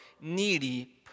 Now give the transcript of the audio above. needy